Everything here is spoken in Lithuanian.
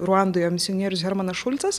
ruandoje misionierius hermanas šulcas